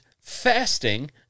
fasting